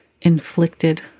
inflicted